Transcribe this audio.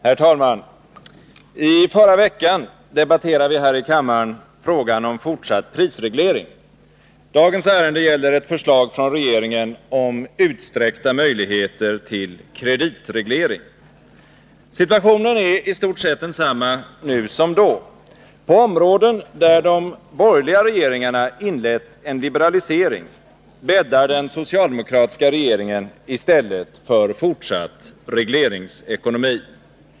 Herr talman! I förra veckan debatterade vi här i kammaren frågan om fortsatt prisreglering. Dagens ärende gäller ett förslag från regeringen om utsträckta möjligheter till kreditreglering. Situationen är i stort sett densamma nu som då. På områden där de borgerliga regeringarna inlett en liberalisering bäddar den socialdemokratiska regeringen i stället för fortsatt regleringsekonomi.